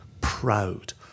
proud